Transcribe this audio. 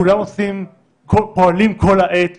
כולם פועלים כל העת לסיום,